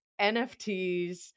NFTs